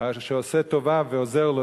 שעושה טובה ועוזר לו,